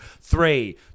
Three